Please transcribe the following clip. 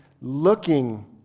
looking